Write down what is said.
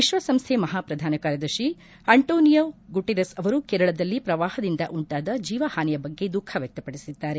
ವಿಶ್ವಸಂಸ್ಥೆ ಮಹಾ ಪ್ರಧಾನ ಕಾರ್ಯದರ್ಶಿ ಆಂಟೋನಿಯೋ ಗುಟೇರಸ್ ಅವರು ಕೇರಳದಲ್ಲಿ ಪ್ರವಾಪದಿಂದ ಉಂಟಾದ ಜೀವಹಾನಿಯ ಬಗ್ಗೆ ದುಃಖ ವ್ಯಕ್ತಪಡಿಸಿದ್ದಾರೆ